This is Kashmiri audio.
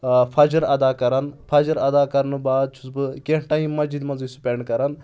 فجر ادا کَرَان فجر ادا کَرنہٕ بعد چھُس بہٕ کینٛہہ ٹایم مَسجِد منٛز أسۍ سٕپینٛڈ کَرَان